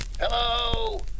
Hello